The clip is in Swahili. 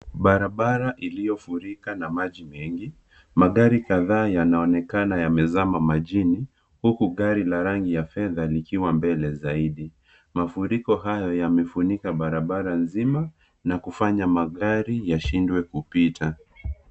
Barabara iliyo furika na maji mengi magari kadhaa yanaonekana yamezama majini huku gari la rangi ya fedha likiwa mbele zaidi mafuriko hayo yamefunika barabara nzima na kufanya magari yashindwe kupita.